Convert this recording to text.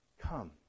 come